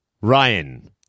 Ryan